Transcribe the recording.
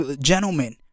gentlemen